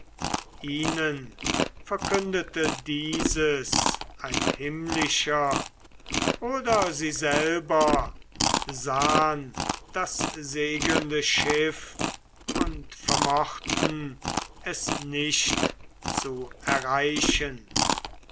ihnen verkündete dieses ein himmlischer oder sie selber sahn das segelnde schiff und vermochten es nicht zu erreichen